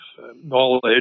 knowledge